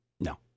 No